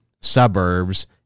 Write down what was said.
suburbs